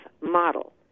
model